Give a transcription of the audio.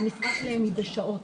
והמשרה שלהן היא שעתית?